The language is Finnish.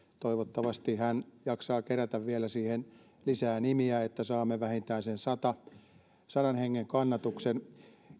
toivottavasti hän jaksaa siihen kerätä vielä lisää nimiä niin että saamme vähintään sen sadan hengen kannatuksen